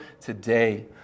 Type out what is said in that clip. today